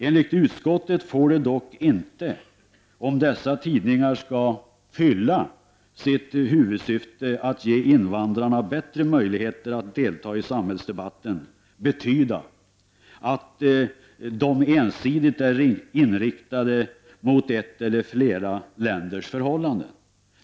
Enligt utskottet får det dock inte, om dessa tidningar skall fylla sitt huvudsyfte att ge invandrarna bättre möjligheter att delta i samhällsdebatten, betyda att de ensidigt är inriktade mot ett eller flera länders förhållanden.